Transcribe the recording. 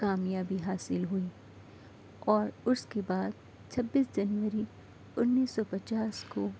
کامیابی حاصل ہوئی اور اس کے بعد چھبیس جنوری انیس سو پچاس کو